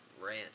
ranch